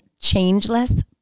changeless